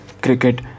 cricket